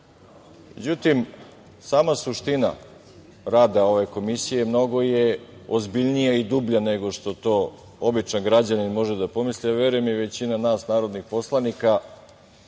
Međutim, sama suština rada ove Komisije mnogo je ozbiljnija i dublja nego što to običan građanin može da pomisli, a verujem i većina nas narodnih poslanika